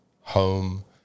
home